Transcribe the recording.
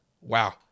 Wow